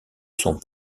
sont